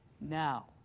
now